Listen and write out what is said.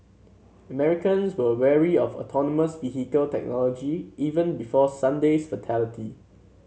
Americans were wary of autonomous vehicle technology even before Sunday's fatality